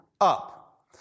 up